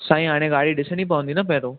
साईं हाणे गाॾी ॾिसणी पवंदी न पहिरों